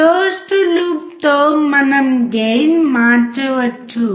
closed లూప్తో మనం gain మార్చవచ్చు